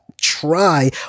try